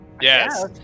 Yes